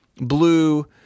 Blue